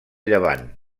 llevant